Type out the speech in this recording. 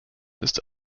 ist